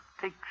take